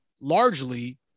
largely